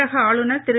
தமிழக ஆளுநர் திரு